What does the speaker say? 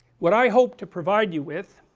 what i hope to provide you with